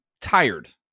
tired